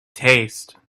taste